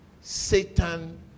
Satan